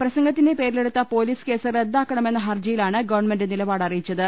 പ്രസംഗത്തിന്റെ പേരിലെടുത്ത police case റദ്ദാക്കണമെന്ന ഹർജിയിലാണ് ഗവൺമെന്റ നിലപാട് അറിയിച്ചത്